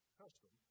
custom